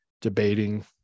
debating